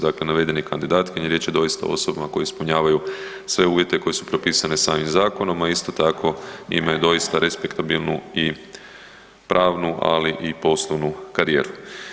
Dakle, navedene kandidatkinje riječ je doista o osobama koje ispunjavaju sve uvjete koji su propisane samim zakonom, a isto tako imaju doista respektabilnu i pravnu, ali i poslovnu karijeru.